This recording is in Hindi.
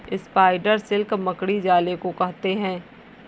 स्पाइडर सिल्क मकड़ी जाले को कहते हैं